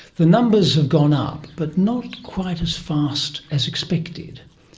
the numbers have gone up but not quite as fast as expected.